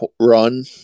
run